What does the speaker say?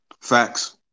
Facts